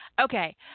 Okay